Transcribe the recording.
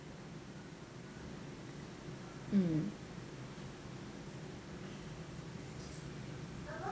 mm